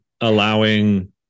allowing